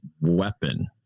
weapon